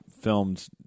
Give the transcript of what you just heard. filmed